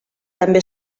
també